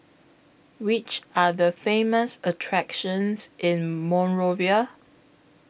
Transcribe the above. Which Are The Famous attractions in Monrovia